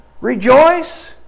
Rejoice